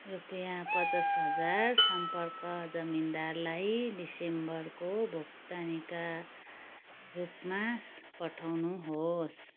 रुपियाँ पचास हजार सम्पर्क जमिनदारलाई डिसेम्बरको भुक्तानीका रूपमा पठाउनुहोस्